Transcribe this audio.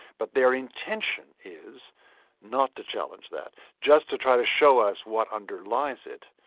but their intention is not to challenge that, just to try to show us what underlies it,